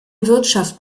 wirtschaft